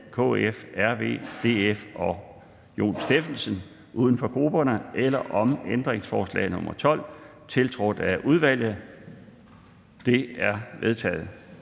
KF, RV, DF og Jon Stephensen (UFG), eller om ændringsforslag nr. 12, tiltrådt af udvalget? De er vedtaget.